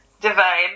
Divide